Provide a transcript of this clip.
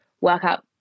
workout